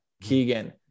Keegan